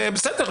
בסדר,